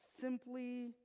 simply